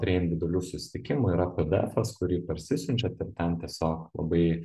prie individualių susitikimų yra pdefas kurį parsisiunčiat ir ten tiesiog labai